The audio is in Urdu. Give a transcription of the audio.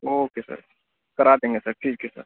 اوکے سر کرا دیں گے سر ٹھیک ہے سر